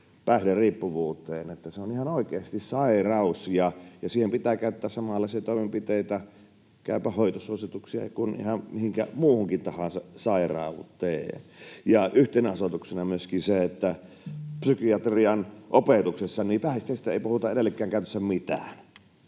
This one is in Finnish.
päihderiippuvuuteen. Se on ihan oikeasti sairaus, ja siihen pitää käyttää samanlaisia toimenpiteitä, Käypä hoito ‑suosituksia kuin ihan mihinkä muuhun tahansa sairauteen, ja yhtenä osoituksena on myöskin se, että psykiatrian opetuksessa päihteistä ei puhuta edelleenkään käytännössä mitään.